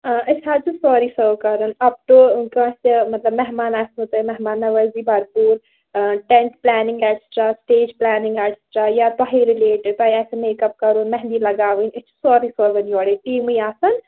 أسۍ حظ چھِ سٲری سٔرٕو کران اَپ ٹُہ کانٛسہِ مطلب مہمان آسہِ نو تۄہہِ مہمان نَوٲزی بھَرپوٗر tent planning etcetera stage planning etcetera یا تۄہہِ رٕلیٹِڈ تۄہہِ آسہ میک اپ کَرُن مہنٛدی لگاوٕنۍ أسۍ چھِ سورٕے سوزان یورَے ٹیٖمٕے آسان